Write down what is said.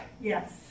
Yes